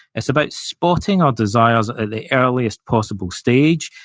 it's about spotting our desires at the earliest possible stage,